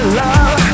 love